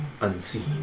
Unseen